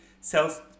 sells